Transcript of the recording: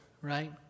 right